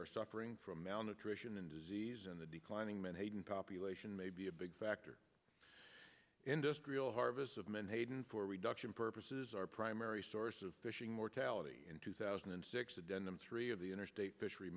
are suffering from malnutrition and disease and the declining menhaden population may be a big factor in industrial harvests of menhaden for reduction purposes our primary source of fishing mortality in two thousand and six the denim three of the interstate fishery